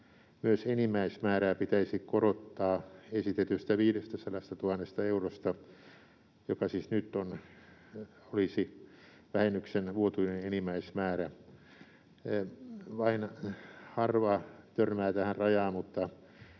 myös enimmäismäärää pitäisi korottaa esitetystä 500 000 eurosta, mikä siis nyt olisi vähennyksen vuotuinen enimmäismäärä. Vain harva törmää tähän rajaan,